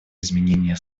изменения